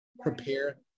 prepare